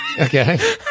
Okay